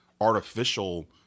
artificial